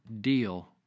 Deal